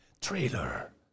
trailer